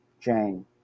Jane